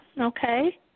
okay